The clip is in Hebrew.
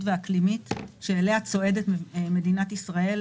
ואקלימית שאליה צועדת מדינת ישראל,